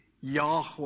Yahweh